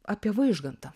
apie vaižgantą